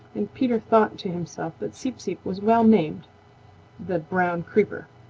and peter thought to himself that seep-seep was well named the brown creeper.